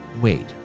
Wait